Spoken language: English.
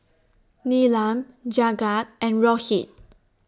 Neelam Jagat and Rohit